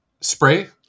spray